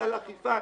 מסל האכיפה.